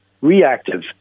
reactive